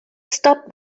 stop